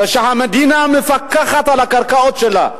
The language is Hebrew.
כאשר המדינה מפקחת על הקרקעות שלה,